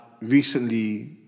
recently